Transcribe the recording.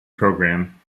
programme